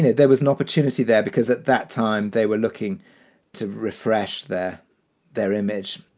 there was an opportunity there because at that time they were looking to refresh their their image,